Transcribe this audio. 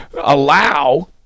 allow